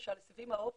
ושל הסיבים האופטיים,